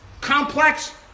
complex